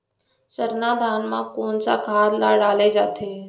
सरना धान म कोन सा खाद ला डाले जाथे?